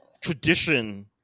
tradition